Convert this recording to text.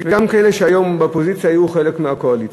וגם כאלה שהיום באופוזיציה היו חלק מהקואליציה.